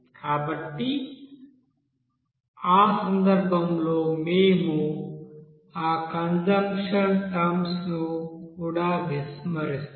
కాబట్టి ఆ సందర్భంలో మేము ఆ కన్జప్షన్ టర్మ్స్ ను కూడా విస్మరిస్తాము